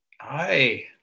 Hi